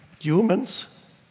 humans